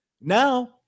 now